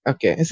Okay